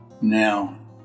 Now